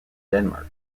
denmark